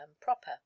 proper